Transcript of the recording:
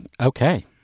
okay